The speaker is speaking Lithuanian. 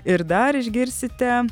ir dar išgirsite